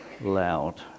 loud